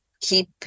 keep